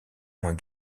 moins